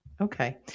Okay